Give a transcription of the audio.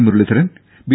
Muraleedharan B